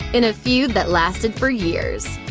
in a feud that lasted for years.